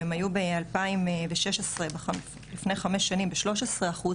אם הן היו ב-2016 לפני חמש שנים ב-13 אחוז,